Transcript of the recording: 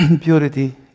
purity